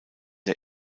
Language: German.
der